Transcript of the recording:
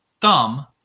thumb